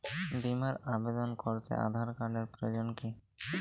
বিমার আবেদন করতে আধার কার্ডের প্রয়োজন কি?